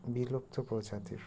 বিলুপ্ত প্রজাতির